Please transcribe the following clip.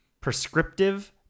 prescriptive